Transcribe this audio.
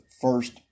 first